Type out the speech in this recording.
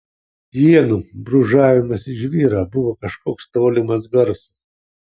ienų brūžavimas į žvyrą buvo kažkoks tolimas garsas